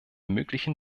möglichen